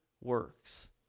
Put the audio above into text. works